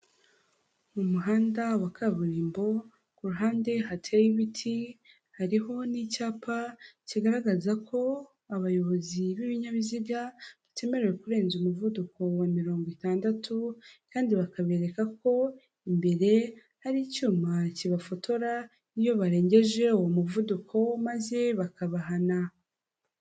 Mu muhanda wa kaburimbo, kuruhande hateyeho ibiti, hariho n'icyapa kigaragaza ko abayobozi b'ibinyabiziga batemerewe kurenza umuvuduko wa mirongo itandatu, kandi bakabereka ko, imbere hari icyuma kibafotora iyo barengeje uwo muvuduko maze bakabahana.